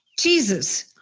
Jesus